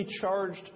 charged